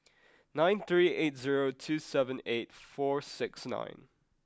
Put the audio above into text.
nine three eight zerp two seven eight four six nine